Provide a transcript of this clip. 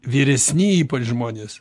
vyresni ypač žmonės